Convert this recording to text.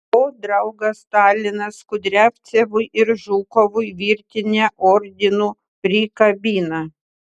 o draugas stalinas kudriavcevui ir žukovui virtinę ordinų prikabina